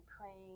praying